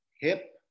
hip